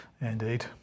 Indeed